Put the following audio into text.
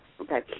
Okay